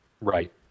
right